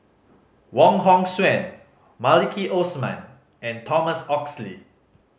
Wong Hong Suen Maliki Osman and Thomas Oxley